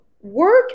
work